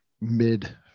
mid